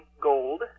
Gold